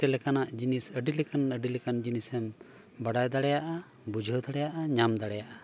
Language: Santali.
ᱪᱮᱫ ᱞᱮᱠᱟᱱᱟᱜ ᱡᱤᱱᱤᱥ ᱟᱹᱰᱤ ᱞᱮᱠᱟᱱ ᱟᱹᱰᱤ ᱞᱮᱠᱟᱱ ᱡᱤᱱᱤᱥᱮᱢ ᱵᱟᱰᱟᱭ ᱫᱟᱲᱮᱭᱟᱜᱼᱟ ᱵᱩᱡᱷᱟᱹᱣ ᱫᱟᱲᱮᱭᱟᱜᱼᱟ ᱧᱟᱢ ᱫᱟᱲᱮᱭᱟᱜᱼᱟ